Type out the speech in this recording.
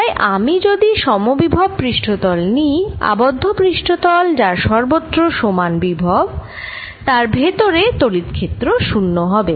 তাই আমি যদি সমবিভব পৃষ্ঠতল নিই আবদ্ধ পৃষ্ঠতল যার সর্বত্র সমান বিভব তার ভেতরে তড়িৎ ক্ষেত্র 0 হবে